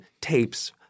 tapes